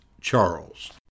Charles